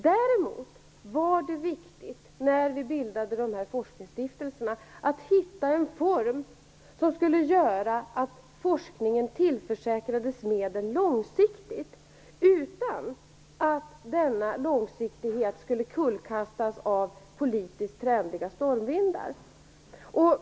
Däremot var det, när vi bildade forskningsstiftelserna, viktigt att hitta en form som skulle tillförsäkra forskningen medel långsiktigt, utan att denna långsiktighet skulle kullkastas av politiska stormvindar.